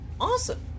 awesome